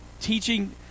teaching